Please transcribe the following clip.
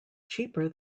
cheaper